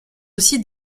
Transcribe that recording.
aussi